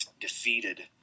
defeated